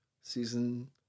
Season